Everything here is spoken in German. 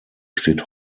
steht